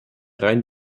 rein